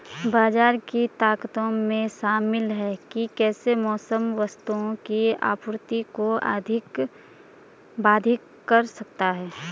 बाजार की ताकतों में शामिल हैं कि कैसे मौसम वस्तुओं की आपूर्ति को बाधित कर सकता है